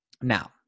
Now